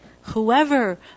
Whoever